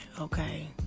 okay